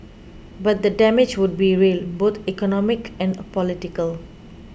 but the damage would be real both economic and political